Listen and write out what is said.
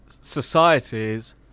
societies